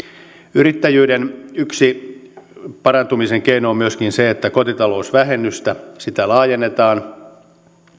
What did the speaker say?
yksi yrittäjyyden parantumisen keino on myöskin se että kotitalousvähennystä laajennetaan